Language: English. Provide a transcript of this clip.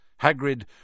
Hagrid